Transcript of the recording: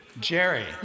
Jerry